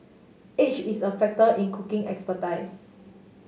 age is a factor in cooking expertise